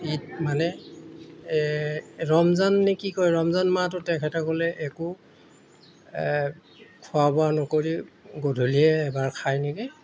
ঈদ মানে ৰমজান নে কি কয় ৰমজান মাহটোত তেখেতসকলে একো খোৱা বোৱা নকৰি গধূলিয়ে এবাৰ খায় নেকি